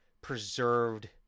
preserved